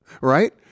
right